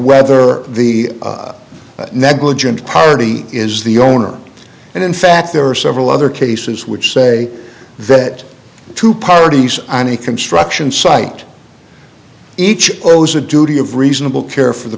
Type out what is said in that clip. whether the negligent party is the owner and in fact there are several other cases which say that two parties on a construction site each owes a duty of reasonable care for the